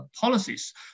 policies